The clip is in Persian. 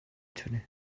تونه